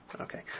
Okay